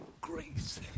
grace